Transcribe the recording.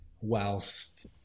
whilst